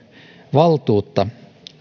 valtuutta